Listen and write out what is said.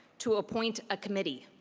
to appoint a committee.